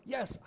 Yes